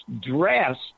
dressed